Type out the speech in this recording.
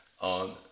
on